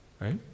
Right